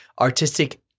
Artistic